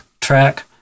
track